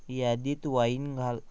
यादीत वाईन घाल